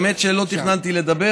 האמת היא שלא תכננתי לדבר,